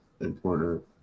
important